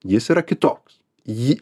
jis yra kitoks jį